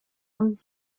und